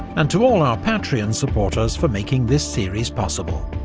and to all our patreon supporters for making this series possible.